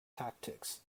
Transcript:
tactics